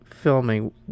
Filming